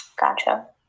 Gotcha